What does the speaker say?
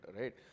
right